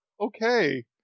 Okay